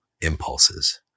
impulses